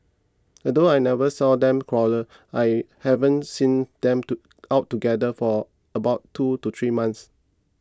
although I never saw them quarrel I haven't seen them to out together for about two to three months